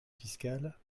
fiscales